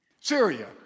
Syria